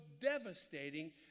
devastating